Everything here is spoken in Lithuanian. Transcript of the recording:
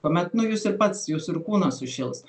tuomet nu jūs ir pats jūsų ir kūnas sušils